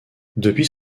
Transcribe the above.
depuis